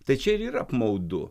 tai čia ir yra apmaudu